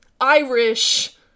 Irish